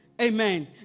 Amen